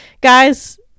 guys